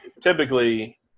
typically